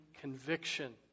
conviction